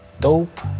dope